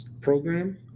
program